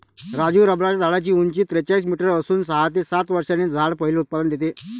राजू रबराच्या झाडाची उंची त्रेचाळीस मीटर असून सहा ते सात वर्षांनी झाड पहिले उत्पादन देते